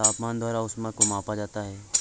तापमान द्वारा ऊष्मा को मापा जाता है